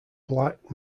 black